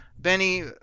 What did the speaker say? Benny